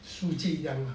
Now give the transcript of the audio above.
数据这样啊